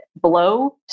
blow